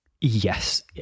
Yes